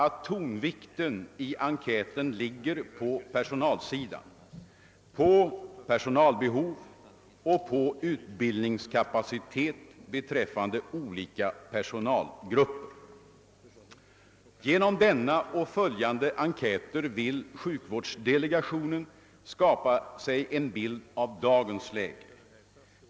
Tonvikten i enkäten ligger på personalsidan: på personalbehovet och på utbildningskapaciteten för olika personalgrupper. Genom denna och följande enkäter vill sjukvårdsdelegationen bilda sig en uppfattning om dagens läge.